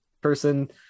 person